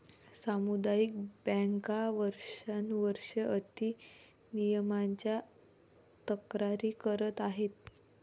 सामुदायिक बँका वर्षानुवर्षे अति नियमनाच्या तक्रारी करत आहेत